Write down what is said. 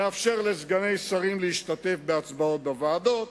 נאפשר לסגני שרים להשתתף בהצבעות בוועדות,